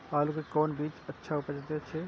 आलू के कोन बीज अच्छा उपज दे छे?